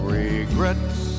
regrets